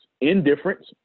indifference